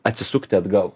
atsisukti atgal